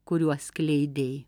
kuriuos skleidei